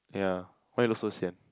ya why you look so sian